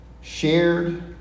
shared